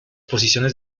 posiciones